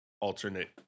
alternate